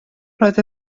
roedd